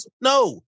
no